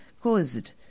caused